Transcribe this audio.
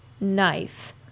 knife